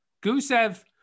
Gusev